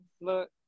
Look